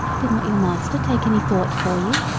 did not your master take any thought for you?